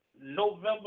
November